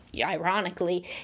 ironically